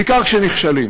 בעיקר כשנכשלים.